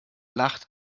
lacht